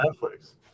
Netflix